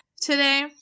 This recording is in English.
today